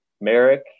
Merrick